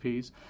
Ps